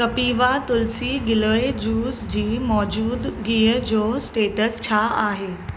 कपिवा तुलसी गिलोय जूस जी मौजूदगीअ जो स्टेटस छा आहे